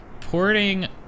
porting